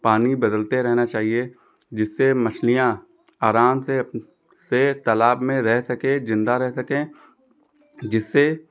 पानी बदलते रहना चाहिए जिससे मछलियाँ आराम से अप से तालाब में रह सकें जिन्दा रह सकें जिससे